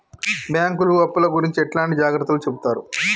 బ్యాంకులు అప్పుల గురించి ఎట్లాంటి జాగ్రత్తలు చెబుతరు?